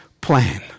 plan